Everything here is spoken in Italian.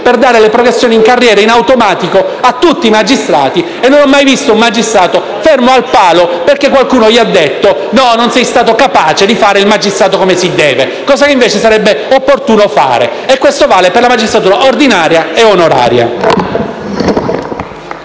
per dare le progressioni in carriera in automatico a tutti i magistrati. Non ho mai visto un magistrato fermo al palo perché qualcuno gli ha detto che non era stato capace di fare il magistrato come si deve, cosa che invece sarebbe opportuno fare. Questo vale per la magistratura ordinaria e onoraria.